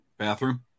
Bathroom